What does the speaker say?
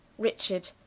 richard,